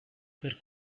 per